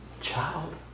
Child